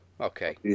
Okay